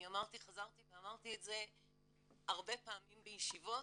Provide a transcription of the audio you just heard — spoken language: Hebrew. אמרתי וחזרתי ואמרתי את זה הרבה פעמים בישיבות,